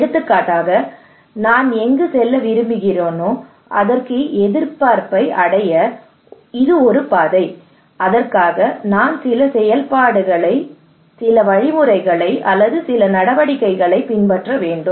எடுத்துக்காட்டாக நான் எங்கு செல்ல விரும்புகிறேனோ அதற்கான எதிர்பார்ப்பை அடைய இது ஒரு பாதை அதற்காக நான் சில செயல்பாடுகளை சில வழிமுறைகளை அல்லது சில நடவடிக்கைகளைப் பின்பற்ற வேண்டும்